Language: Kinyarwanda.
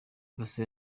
casa